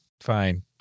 fine